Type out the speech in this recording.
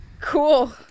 Cool